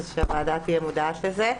אז שהוועדה תהיה מודעת לזה.